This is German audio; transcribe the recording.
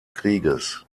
krieges